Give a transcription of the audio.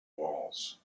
walls